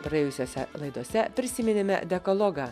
praėjusiose laidose prisiminėme dekalogą